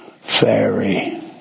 fairy